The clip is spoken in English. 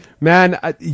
Man